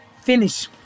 finish